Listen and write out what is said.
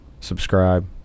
subscribe